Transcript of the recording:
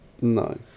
No